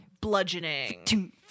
bludgeoning